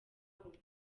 bugufi